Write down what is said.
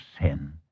sin